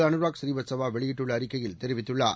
அனுராக் புரீவத்சவாவெளியிட்டுள்ளஅறிக்கையில் தெரிவித்துள்ளார்